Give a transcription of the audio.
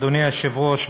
אדוני היושב-ראש,